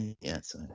Yes